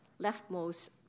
leftmost